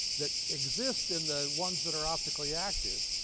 that exist in the ones that are optically active,